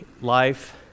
life